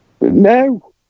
No